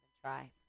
try